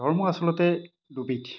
ধৰ্ম আচলতে দুবিধ